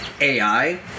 AI